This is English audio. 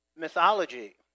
mythology